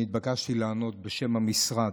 נתבקשתי לענות בשם המשרד.